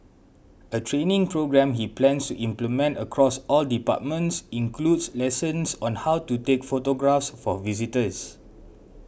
a training programme he plans to implement across all departments includes lessons on how to take photographs for visitors